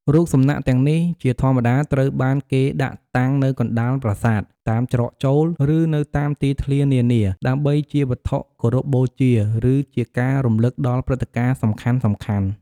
រូបសំណាកទាំងនេះជាធម្មតាត្រូវបានគេដាក់តាំងនៅកណ្ដាលប្រាសាទ តាមច្រកចូល ឬនៅតាមទីធ្លានានា ដើម្បីជាវត្ថុគោរពបូជា ឬជាការរំលឹកដល់ព្រឹត្តិការណ៍សំខាន់ៗ។